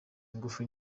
ingufu